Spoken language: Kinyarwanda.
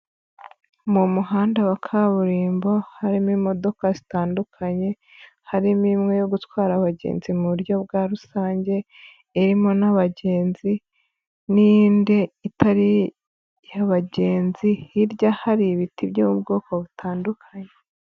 Mu muhanda wa kaburimbo harimo imodoka zitandukanye, harimo imwe yo gutwara abagenzi mu buryo bwa rusange irimo n'abagenzi n'indi itari iy'abagenzi, hirya hari ibiti by'ubwoko butandukanye.